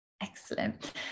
Excellent